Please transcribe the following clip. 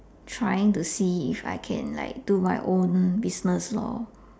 trying to see if I can like do my own business lor